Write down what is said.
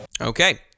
Okay